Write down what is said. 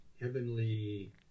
heavenly